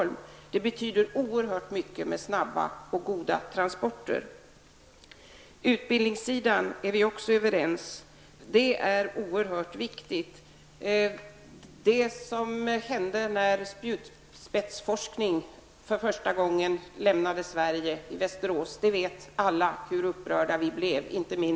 Snabba och goda transporter betyder oerhört mycket. Vi är också överens om att utbildningen är oerhört viktig. Alla vet hur upprörda vi blev, inte minst socialdemokraterna, när spjutspetsforskningen för första gången försvann från Västerås och Sverige.